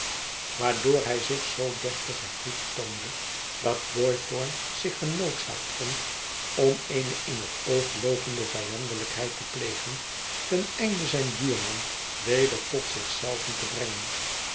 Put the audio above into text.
waardoor hij zich zoo deftig gegriefd toonde dat boythorn zich genoodzaakt vond om eene in het oog loopende vijandelijkheid te plegen ten einde zijn buurman weder tot zich zelven te brengen